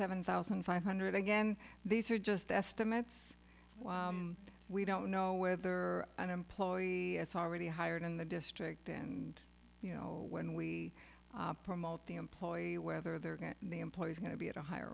seven thousand five hundred again these are just estimates we don't know whether an employee has already hired in the district and you know when we promote the employee whether they're in the employee is going to be at a higher